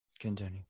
continue